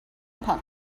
punk